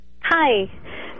Hi